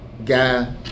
Guy